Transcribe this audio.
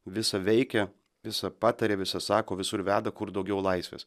visa veikia visa pataria visa sako visur veda kur daugiau laisvės